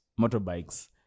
motorbikes